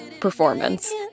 performance